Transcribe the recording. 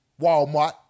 Walmart